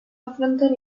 affrontare